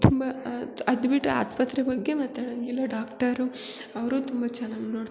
ತುಂಬ ಅದು ಬಿಟ್ರೆ ಆಸ್ಪತ್ರೆ ಬಗ್ಗೆ ಮಾತಾಡಂಗಿಲ್ಲ ಡಾಕ್ಟರು ಅವರು ತುಂಬ ಚೆನ್ನಾಗಿ ನೋಡ್ತಾರೆ